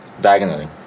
Diagonally